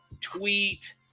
Tweet